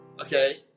Okay